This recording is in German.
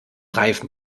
reifen